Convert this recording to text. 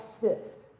fit